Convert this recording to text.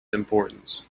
importance